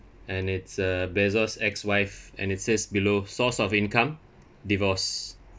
and it's uh bezos' ex wife and it says below source of income divorce